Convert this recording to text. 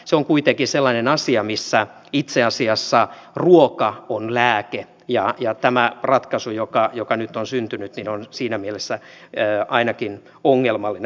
se on kuitenkin sellainen asia missä itse asiassa ruoka on lääke ja tämä ratkaisu joka nyt on syntynyt on siinä mielessä ainakin ongelmallinen